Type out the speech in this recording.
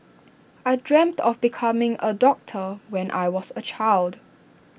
I dreamt of becoming A doctor when I was A child